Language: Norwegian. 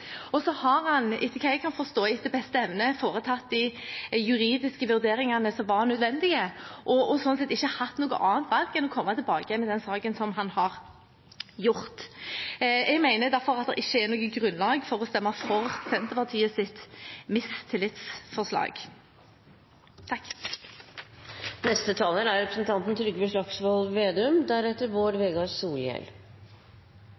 satt. Så har han, etter hva jeg kan forstå, etter beste evne foretatt de juridiske vurderingene som var nødvendige, og sånn sett ikke hatt noe annet valg enn å komme tilbake igjen med saken, som han har gjort. Jeg mener derfor at det ikke er noe grunnlag for å stemme for Senterpartiets mistillitsforslag. Statsrådens lovforslag får altså ingen stemmer – ingen fra Høyre, ingen fra Fremskrittspartiet, ingen fra noe annet parti støtter statsrådens forslag. Det er